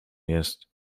jest